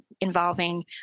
involving